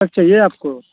कब चाहिये आपको